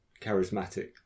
charismatic